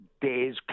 days